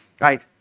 right